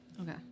Okay